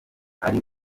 ari